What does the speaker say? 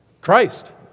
Christ